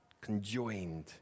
conjoined